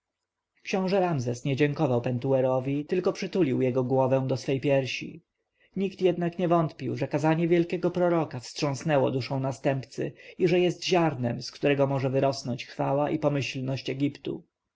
książę ramzes nie dziękował pentuerowi tylko przytulił jego głowę do swej piersi nikt jednak nie wątpił że kazanie wielkiego proroka wstrząsnęło duszą następcy i że jest ziarnem z którego może wyrosnąć chwała i pomyślność egiptu